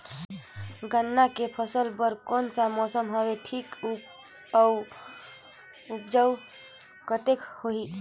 गन्ना के फसल बर कोन सा मौसम हवे ठीक हे अउर ऊपज कतेक होही?